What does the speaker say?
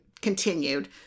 continued